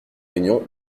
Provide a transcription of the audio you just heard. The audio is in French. réunion